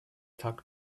talk